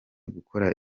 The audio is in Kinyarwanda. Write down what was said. gukora